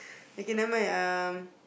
okay never mind uh